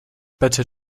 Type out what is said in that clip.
better